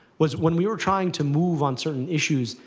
was when we were trying to move on certain issues,